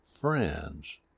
friends